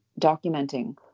documenting